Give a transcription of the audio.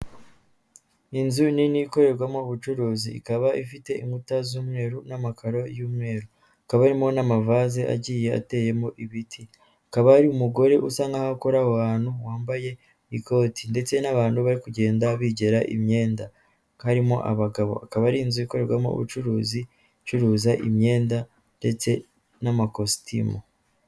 Inzu nini ikorerwamo ubucuruzi, ikaba ifite inkuta z'umweru n'amakaro y'umweru. Hakaba harimo n'amavase agiye ateyemo ibiti. Hakaba hari umugore usa nkaho akora aho bantu wambaye ikoti ndetse n'abantu bari kugenda bigera imyenda, harimo abagabo akaba ari inzu ikorerwamo ubucuruzi icuuruza imyenda ndetse n'amakositimu.